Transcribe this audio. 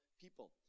people